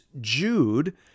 Jude